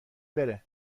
بره